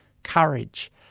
courage